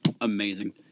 amazing